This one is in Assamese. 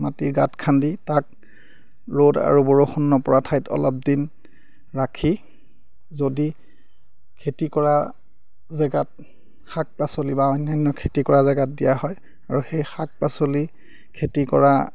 মাটিৰ গাঁত খান্দি তাক ৰ'দ আৰু বৰষুণ নপৰা ঠাইত অলপ দিন ৰাখি যদি খেতি কৰা জেগাত শাক পাচলি বা অন্যান্য খেতি কৰা জেগাত দিয়া হয় আৰু সেই শাক পাচলি খেতি কৰা